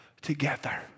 together